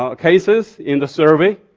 ah cases in the survey,